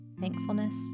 thankfulness